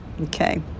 Okay